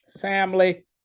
family